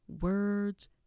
words